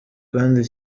kandi